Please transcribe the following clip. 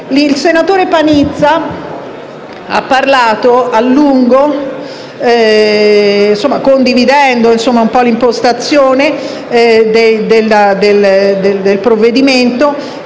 Il senatore Panizza ha parlato a lungo condividendo l'impostazione del provvedimento